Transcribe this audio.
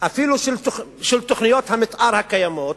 אפילו של תוכנית המיתאר הקיימות,